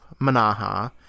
Manaha